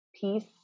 peace